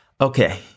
Okay